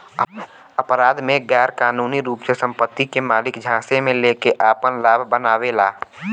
अपराध में गैरकानूनी रूप से संपत्ति के मालिक झांसे में लेके आपन लाभ बनावेला